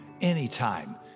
anytime